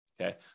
Okay